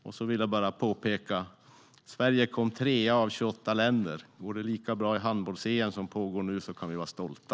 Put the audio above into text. Jag vill bara påpeka att Sverige kom trea av 28 länder. Om det går lika bra i handbolls-EM, som pågår nu, kan vi vara stolta.